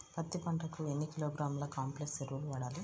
పత్తి పంటకు ఎన్ని కిలోగ్రాముల కాంప్లెక్స్ ఎరువులు వాడాలి?